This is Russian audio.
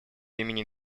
имени